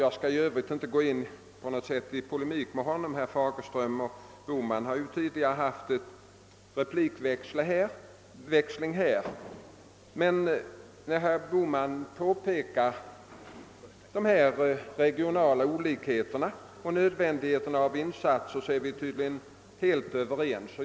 Jag skall inte ingå i någon polemik med herr Bohman herr Fagerström och herr Bohman har ju tidigare haft en replikväxling här — men när herr Bohman påpekar de regionala olikheterna och nödvändigheten av insatser är vi tydligen helt överens.